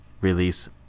release